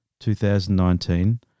2019